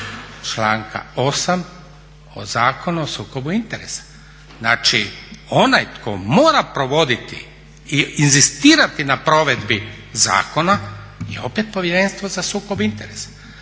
članka 8. o Zakonu o sukobu interesa. Znači, onaj tko mora provoditi i inzistirati na provedbi zakona je opet Povjerenstvo za sukob interesa.